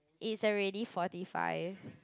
it's already forty five